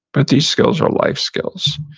but these skills are life skills.